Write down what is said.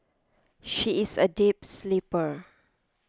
she is a deep sleeper